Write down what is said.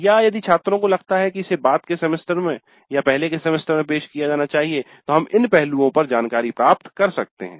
या यदि छात्रों को लगता है कि इसे बाद के सेमेस्टर या पहले के सेमेस्टर में पेश किया जाना चाहिए तो हम इन पहलुओं पर जानकारी प्राप्त कर सकते हैं